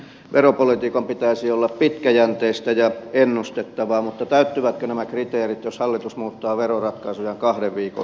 veropolitiikan pitäisi olla pitkäjänteistä ja ennustettavaa mutta täyttyvätkö nämä kriteerit jos hallitus muuttaa veroratkaisujaan kahden viikon välein